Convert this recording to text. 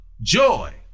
joy